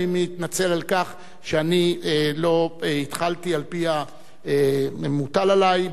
אני מתנצל על כך שאני לא התחלתי על-פי המוטל עלי,